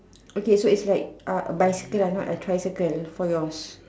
okay so it's like uh a bicycle ah not a tricycle for yours